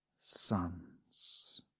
sons